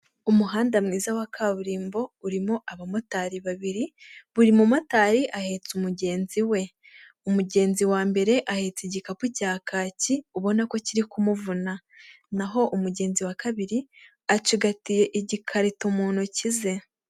Umuhanda mwiza wa kaburimbo urimo abamotari babiri, buri mumotari ahetse umugenzi we, umugenzi wa mbere ahetse igikapu cya kaki ubona ko kiri kumuvuna, naho umugenzi wa kabiri acigatiye igikarito mu ntoki ze.